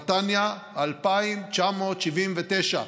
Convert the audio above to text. נתניה, 2,979,